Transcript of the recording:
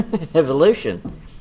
evolution